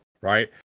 right